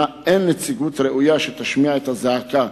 אין נציגות ראויה שתשמיע את זעקתה.